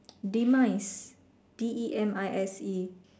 demise D E M I S E